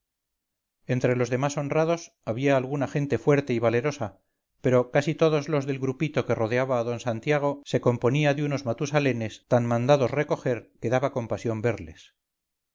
entre los demás honrados había alguna gente fuerte y valerosa pero casi todos los del grupito que rodeaba a d santiago se componía de unos matusalenes tan mandados recoger que daba compasión verles